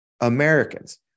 Americans